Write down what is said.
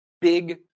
big